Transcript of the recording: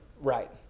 Right